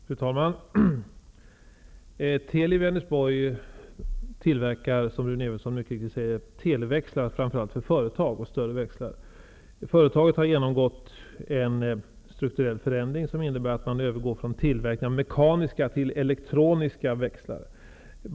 Fru talman! Teli i Vänersborg tillverkar televäxlar framför allt för företag samt större växlar. Företaget har genomgått en strukturell förändring, som innebär att man övergår från tillverkning av mekaniska växlar till tillverkning av elektroniska växlar.